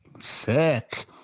Sick